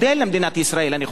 זו הצעה למדינת ישראל.